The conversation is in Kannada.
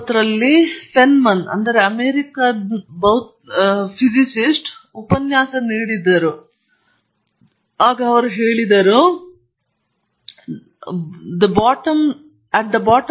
1959 ಫೆನ್ಮನ್ ಅಮೆರಿಕನ್ ಭೌತಿಕ ಸಮಾಜಕ್ಕೆ ಉಪನ್ಯಾಸ ನೀಡಿದಾಗ ನಾನು ಯೋಚಿಸುತ್ತೇನೆ